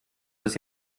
bis